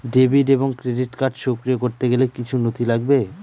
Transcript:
Debit এবং credit card সক্রিয় করতে গেলে কিছু নথি লাগবে?